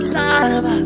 time